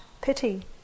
pity